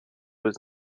was